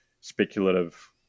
speculative